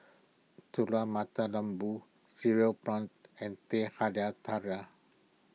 Telur Mata Lembu Cereal Prawns and Teh Halia Tarik